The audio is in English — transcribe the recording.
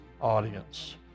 audience